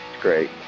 great